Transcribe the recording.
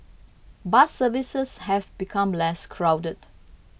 bus services have become less crowded